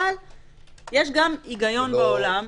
אבל יש גם היגיון בעולם,